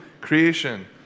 creation